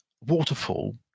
waterfall